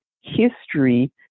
history